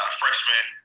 freshman